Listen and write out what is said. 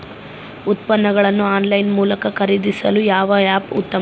ಉತ್ಪನ್ನಗಳನ್ನು ಆನ್ಲೈನ್ ಮೂಲಕ ಖರೇದಿಸಲು ಯಾವ ಆ್ಯಪ್ ಉತ್ತಮ?